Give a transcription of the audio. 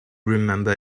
remember